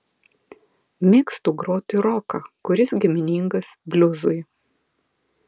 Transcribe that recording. mėgstu groti roką kuris giminingas bliuzui